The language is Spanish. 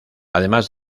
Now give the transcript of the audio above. además